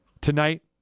tonight